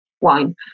wine